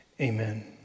Amen